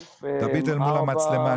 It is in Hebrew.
אני